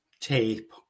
tape